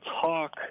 talk